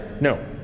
No